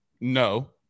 No